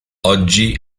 oggi